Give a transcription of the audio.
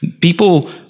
people